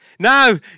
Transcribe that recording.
Now